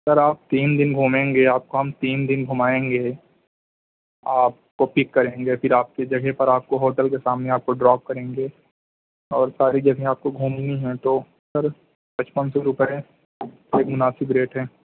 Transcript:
سر آپ تین دن گھومیں گے آپ کو ہم تین دن گھمائیں گے آپ کو پک کریں گے پھر آپ کے جگہ پر آپ کو ہوٹل کے سامنے آپ کو ڈراپ کریں گے اور ساری جگہیں آپ کو گھومنی ہے تو سر پچپن سو روپئے مناسب ریٹ ہیں